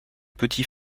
petit